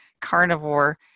carnivore